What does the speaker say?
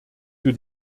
für